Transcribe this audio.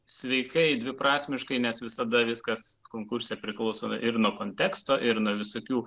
sveikai dviprasmiškai nes visada viskas konkurse priklauso ir nuo konteksto ir nuo visokių